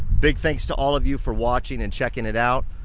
big thanks to all of you for watching and checking it out.